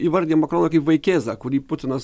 įvardija makroną kaip vaikėzą kurį putinas